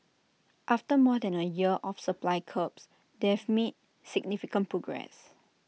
after more than A year of supply curbs they've made significant progress